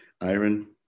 iron